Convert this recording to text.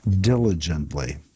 diligently